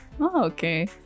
Okay